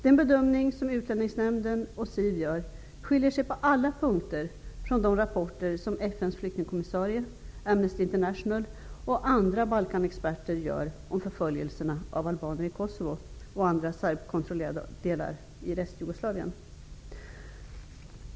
Den bedömning som Utlänningsnämnden och SIV gör skiljer sig på alla punkter från de rapporter som FN:s flyktingkommissarie, Amnesty International och andra Balkanexperter gör om förföljelserna av albaner i Kosovo och andra serbkontrollerade delar i restjugoslavien.